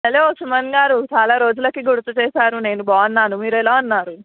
hello సుమన్గారు చాలా రోజులకి గుర్తుచేసారు నేను బాగున్నాను మీరెలా ఉన్నారు